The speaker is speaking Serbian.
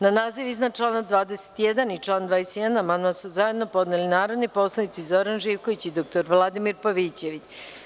Na naziv iznadčlana 21. i član 21. amandman su zajedno podneli narodni poslanici Zoran Živković i dr Vladimir Pavićević.